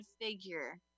figure